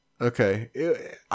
Okay